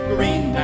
Green